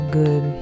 good